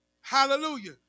Hallelujah